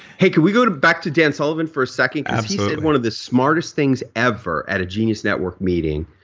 hey, can we go to back to dan sullivan for a second because he said one of the smartest things ever at a genius network meeting.